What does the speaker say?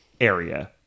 area